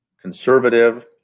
conservative